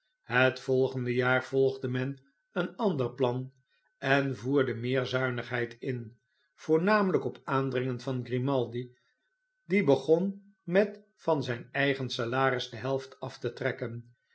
het volgende jaar volgde men een ander plan en voerde meer zuinigheid in voornamelijk op aandringen van grimaldi die begon met van zijn eigen salaris de helft af te trekken